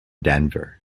denver